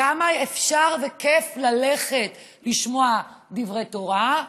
כמה אפשר וכיף ללכת לשמוע דברי תורה,